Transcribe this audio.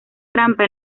trampa